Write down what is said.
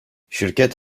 şirket